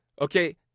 Okay